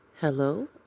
Hello